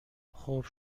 خوب